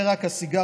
גם התחיל,